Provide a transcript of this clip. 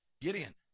Gideon